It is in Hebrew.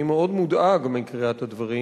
אני מאוד מודאג מקריאת הדברים,